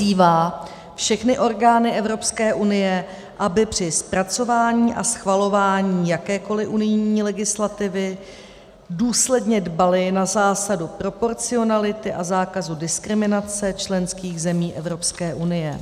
III. vyzývá všechny orgány Evropské unie, aby při zpracování a schvalování jakékoli unijní legislativy důsledně dbaly na zásadu proporcionality a zákazu diskriminace členských zemí Evropské unie;